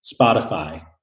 Spotify